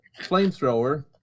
flamethrower